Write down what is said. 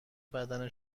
بدن